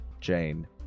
Jane